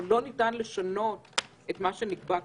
אבל לא ניתן לשנות את מה שנקבע כבר.